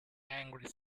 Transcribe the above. angry